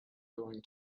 going